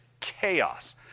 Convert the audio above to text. chaos